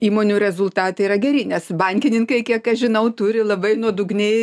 įmonių rezultatai yra geri nes bankininkai kiek aš žinau turi labai nuodugniai